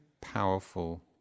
powerful